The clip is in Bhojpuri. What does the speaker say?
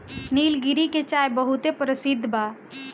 निलगिरी के चाय बहुते परसिद्ध बा